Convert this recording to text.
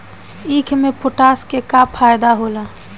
ईख मे पोटास के का फायदा होला?